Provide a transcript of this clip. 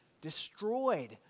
destroyed